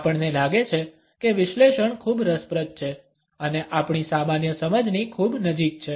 આપણને લાગે છે કે વિશ્લેષણ ખૂબ રસપ્રદ છે અને આપણી સામાન્ય સમજની ખૂબ નજીક છે